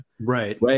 right